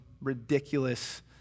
ridiculous